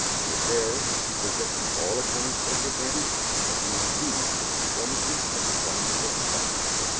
for there he possessed the all-atoning social advantage of being new to the performances of the wonderful clock.